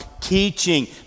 teaching